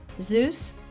zeus